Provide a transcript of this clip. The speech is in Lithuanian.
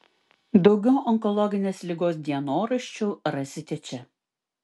daugiau onkologinės ligos dienoraščių rasite čia